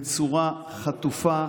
בצורה חטופה,